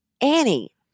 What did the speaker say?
Annie